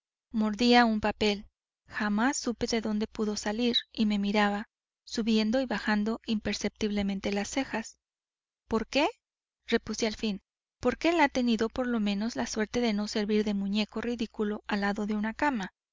mordía un papel jamás supe de dónde pudo salir y me miraba subiendo y bajando imperceptiblemente las cejas por qué repuse al fin porque él ha tenido por lo menos la suerte de no servir de muñeco ridículo al lado de una cama